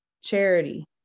charity